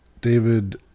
david